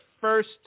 first